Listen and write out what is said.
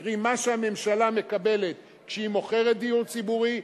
קרי מה שהממשלה מקבלת כשהיא מוכרת דיור ציבורי,